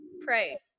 pray